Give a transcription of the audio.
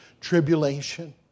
tribulation